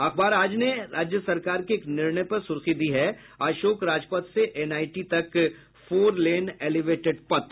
अखबार आज ने राज्य सरकार के एक निर्णय पर सुर्खी दी है अशोक राजपथ से एनआईटी तक फोर लेन एलिवेटेड पथ